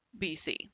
bc